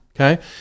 Okay